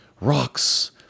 rocks